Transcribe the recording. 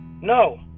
no